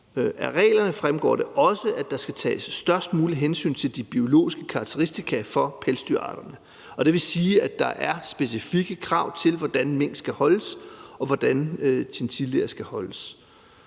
Af reglerne fremgår det også, at der skal tages størst muligt hensyn til de biologiske karakteristika for pelsdyrarterne. Og det vil sige, at der er specifikke krav til, hvordan mink skal holdes, og hvordan chinchillaer skal holdes.